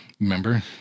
Remember